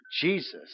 Jesus